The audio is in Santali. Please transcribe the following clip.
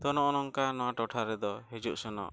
ᱛᱳ ᱱᱚᱜᱼᱚ ᱱᱚᱝᱠᱟ ᱱᱚᱣᱟ ᱴᱚᱴᱷᱟ ᱨᱮᱫᱚ ᱦᱤᱡᱩᱜ ᱥᱮᱱᱚᱜ